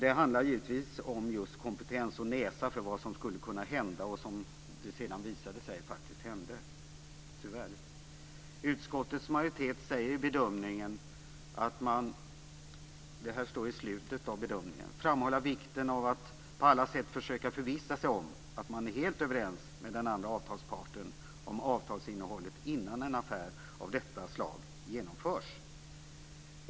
Det handlar givetvis om kompetens och näsa för vad som skulle kunna hända och som det sedan visade sig faktist hände - tyvärr. Utskottets majoritet säger i slutet av bedömningen: "Utskottet vill framhålla vikten av att på alla sätt försöka förvissa sig om att man är helt överens med den andra avtalsparten om avtalsinnehållet innan en affär av detta slag genomförs."